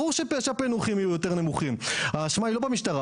ברור שהפיענוחים יהיו יותר נמוכים והאשמה היא לא של המשטרה.